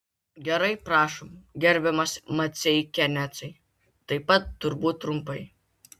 gerai prašom gerbiamas maceikianecai taip pat turbūt trumpai